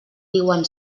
diuen